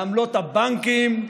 לעמלות הבנקים,